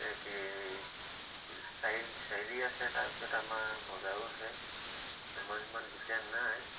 এতিয়া চাৰিআলি চাৰিআলি আছে তাৰপিছত আমাৰ বজাৰো আছে আমাৰ সিমান দিগদাৰ নাই